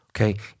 Okay